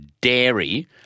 dairy